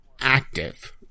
active